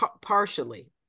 partially